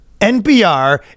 NPR